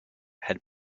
had